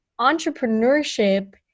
entrepreneurship